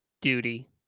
duty